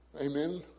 Amen